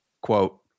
Quote